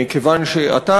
כיוון שאתה,